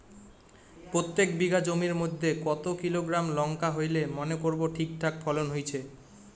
প্রত্যেক বিঘা জমির মইধ্যে কতো কিলোগ্রাম লঙ্কা হইলে মনে করব ঠিকঠাক ফলন হইছে?